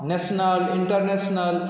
national international